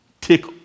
take